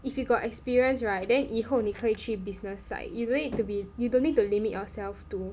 if you got experience right then 以后你可以去 business side you don't need to be you don't need to limit yourself to